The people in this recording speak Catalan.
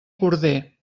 corder